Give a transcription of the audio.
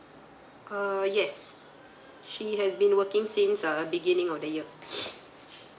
uh yes she has been working since uh beginning of the year